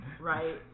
right